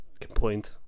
complaint